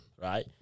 Right